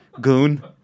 goon